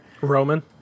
Roman